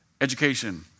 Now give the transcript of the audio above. education